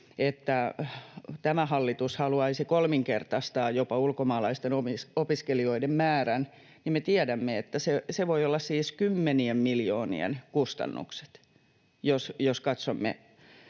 että tämä hallitus haluaisi jopa kolminkertaistaa ulkomaalaisten opiskelijoiden määrän, niin me tiedämme, että se voi tarkoittaa siis kymmenien miljoonien kustannuksia, jos katsomme